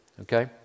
Okay